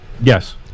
Yes